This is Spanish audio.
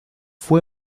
fue